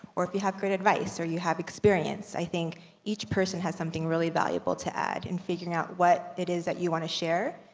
or if you have great advice, or you have experience. i think each person has something really valuable to add and figuring out what it is that you want to share,